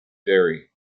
dairy